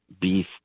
beef